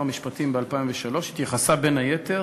חוק השמות, התשט"ז 1956, מסדיר, בין היתר,